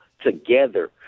together